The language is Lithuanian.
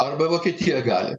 arba į vokietiją gali